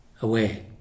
away